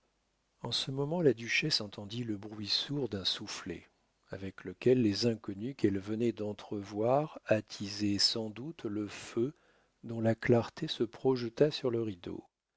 en ce moment la duchesse entendit le bruit sourd d'un soufflet avec lequel les inconnus qu'elle venait d'entrevoir attisaient sans doute le feu dont la clarté se projeta sur le rideau